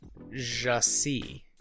Jasi